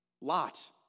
Lot